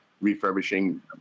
refurbishing